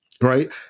right